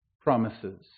promises